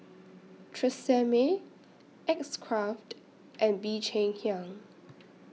Tresemme X Craft and Bee Cheng Hiang